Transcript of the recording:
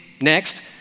next